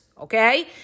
okay